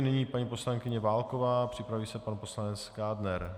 Nyní paní poslankyně Válková, připraví se pan poslanec Kádner.